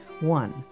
One